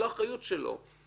זו לא אחריות שלו.